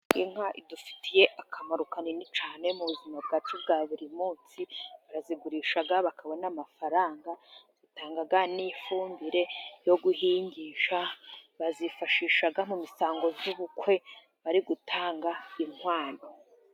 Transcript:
Inka idufitiye akamaro kanini cyane mu buzima bwacu bwa buri munsi, barazigurisha bakabona n'amafaranga, zitanga n'ifumbire yo guhingisha, bazifashisha mu misango z'ubukwe bari gutanga inkwano.